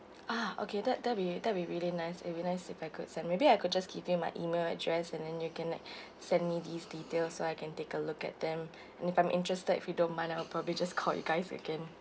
ah okay that that'll be that'll be really nice it'll be nice if I could maybe I could just give you my email address and then you can like send me these details so I can take a look at them and if I'm interested if you don't mind I'll probably just call you guys again